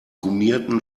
gummierten